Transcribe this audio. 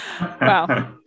Wow